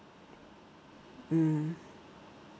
mm